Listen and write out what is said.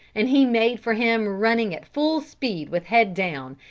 and he made for him running at full speed with head down,